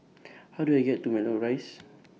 How Do I get to Matlock Rise